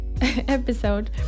episode